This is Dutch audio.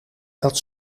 dat